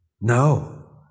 No